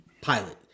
pilot